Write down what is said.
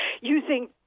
using